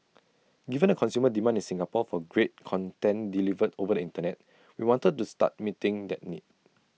given the consumer demand in Singapore for great content delivered over the Internet we wanted to start meeting that need